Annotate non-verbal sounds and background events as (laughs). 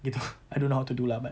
gitu (laughs) I don't know how to do lah but